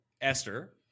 Esther